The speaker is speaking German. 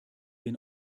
den